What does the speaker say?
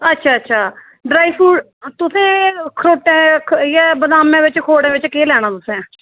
अच्छा अच्छा dry fruit तुसें खरोटे इ'यै बदामै बिच्च खोड़ें बिच्च केह् लैना तुसें